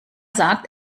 sagt